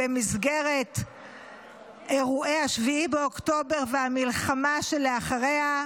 במסגרת אירועי 7 באוקטובר והמלחמה שלאחריהם,